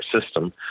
system